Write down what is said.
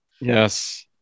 Yes